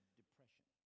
depression